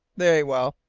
very well,